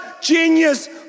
genius